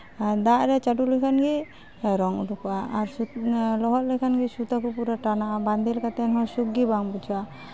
ᱟᱨ ᱫᱟᱜ ᱨᱮ ᱪᱟᱸᱰᱚ ᱞᱮᱠᱷᱟᱱ ᱜᱮ ᱨᱚᱝ ᱩᱰᱩᱠᱚᱜᱼᱟ ᱟᱨ ᱞᱚᱦᱚᱫ ᱞᱮᱠᱷᱟᱱ ᱜᱮ ᱥᱩᱛᱟᱹ ᱠᱚ ᱯᱩᱨᱟᱹ ᱴᱟᱱᱟᱜᱼᱟ ᱵᱟᱸᱫᱮ ᱠᱟᱛᱮ ᱦᱚᱸ ᱥᱩᱠ ᱜᱮ ᱵᱟᱢ ᱵᱩᱡᱷᱟᱹᱣᱟ